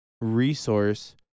resource